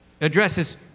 addresses